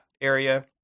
area